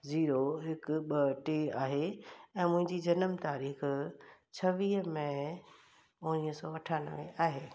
zero हिकु ॿ टे आहे ऐं मुंहिंजी जनम तारीख़ु छहवीह मैं उणिवीह सौ अठानवे आहे